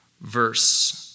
verse